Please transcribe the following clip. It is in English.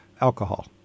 alcohol